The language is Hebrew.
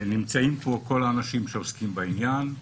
נמצאים פה כל האנשים שעוסקים בעניין: